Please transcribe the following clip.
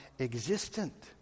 existent